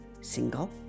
single